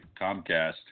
Comcast